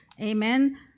amen